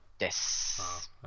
Yes